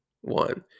One